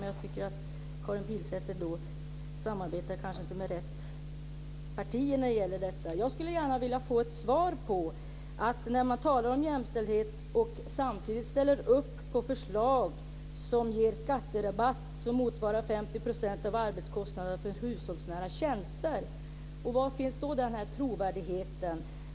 Men Karin Pilsäter samarbetar kanske inte med rätt partier när det gäller jämställdhet. Folkpartiet talar om jämställdhet men ställer samtidigt upp på förslag som ger skatterabatt som motsvarar 50 % av arbetskostnaderna för hushållsnära tjänster. Var finns då trovärdigheten?